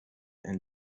and